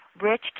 Rich